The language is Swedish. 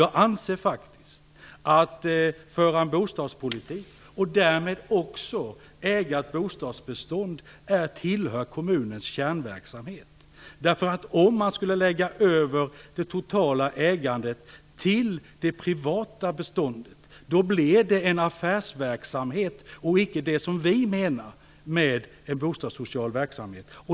Jag anser faktiskt att det tillhör en kommuns kärnverksamhet att föra en bostadspolitik och därmed också äga ett bostadsbestånd. Om man skulle lägga över det totala ägandet till det privata beståndet blir det en affärsverksamhet och inte det som vi menar med en bostadssocial verksamhet.